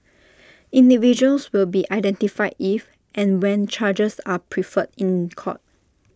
individuals will be identified if and when charges are preferred in court